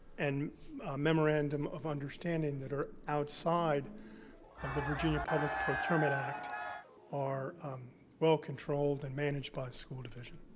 and memorandum of understanding that are outside of the virginia public procurement act are well controlled and managed by school division.